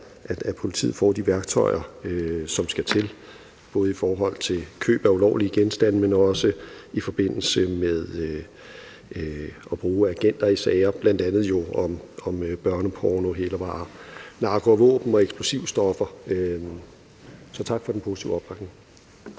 at politiet får de værktøjer, som skal til, både i forhold til køb af ulovlige genstande, men også i forbindelse med at bruge agenter i sager, bl.a. om børneporno, hælervarer, narko og våben og eksplosivstoffer. Så tak for den positive opbakning.